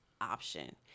option